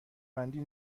بندی